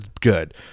good